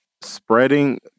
spreading